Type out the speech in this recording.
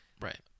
right